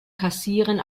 kassieren